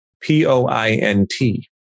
P-O-I-N-T